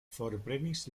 forprenis